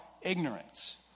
ignorance